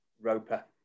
Roper